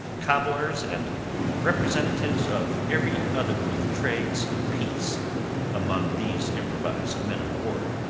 cobblers, and representatives of every other of the trades of peace among these improvised men of war.